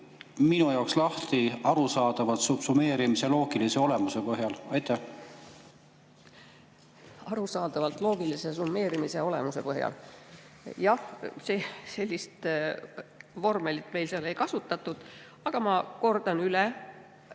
minu jaoks arusaadavalt lahti subsumeerimise loogilise olemuse põhjal. Arusaadavalt loogilise summeerimise olemuse põhjal? Sellist vormelit meil seal ei kasutatud, aga ma kordan üle